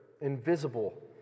invisible